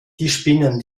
spinnen